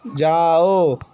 جاؤ